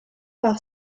par